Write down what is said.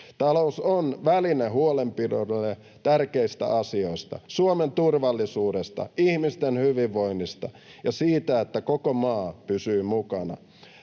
Talous on väline huolenpidolle tärkeistä asioista: Suomen turvallisuudesta, ihmisten hyvinvoinnista ja siitä, että koko maa pysyy mukana.